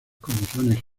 condiciones